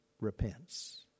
repents